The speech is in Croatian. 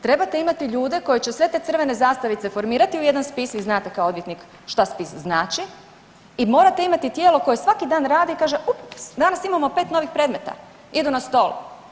Trebate imati ljude koji će sve te crvene zastavice formirati u jedan spis, vi znate kao odvjetnik šta spis znači i morate imati tijelo koje svaki dan radi i kaže ups danas imamo pet novih predmeta, idu na stol.